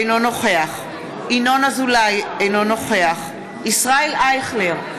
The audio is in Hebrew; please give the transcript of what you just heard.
אינו נוכח ינון אזולאי, אינו נוכח ישראל אייכלר,